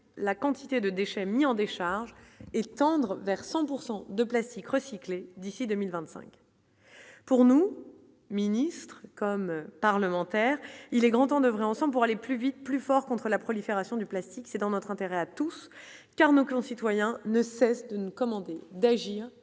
la quantité de déchets mis en décharge et tendre vers 100 pourcent de plastique recyclé, d'ici 2025 pour nous ministres comme parlementaire, il est grand temps d'oeuvrer ensemble pour aller plus vite, plus fort contre la prolifération du plastique, c'est dans notre intérêt à tous car nos concitoyens ne cesse d'une commander d'agir